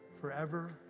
forever